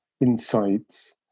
insights